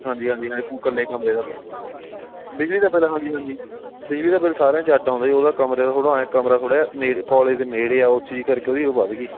ਹਾਂਜੀ ਹਾਂਜੀ ਹਾਂਜੀ ਪੂ ਕੱਲੇ ਕਮਰੇ ਦਾ ਬਿਜਲੀ ਦਾ ਬਿੱਲ ਹਾਂਜੀ ਹਾਂਜੀ ਬਿਜਲੀ ਦਾ ਬਿੱਲ ਸਾਰਿਆਂ 'ਚ ਅੱਡ ਆਉਂਦਾ ਜੀ ਉਹਦਾ ਕਮਰੇ ਦਾ ਥੋੜ੍ਹਾ ਐਂ ਕਮਰਾ ਥੋੜ੍ਹਾ ਜਿਹਾ ਨੇੜ ਕੋਲਜ ਦੇ ਨੇੜੇ ਆ ਉਸ ਚੀਜ਼ ਕਰਕੇ ਉਹਦੀ ਉਹ ਵੱਧ ਗਈ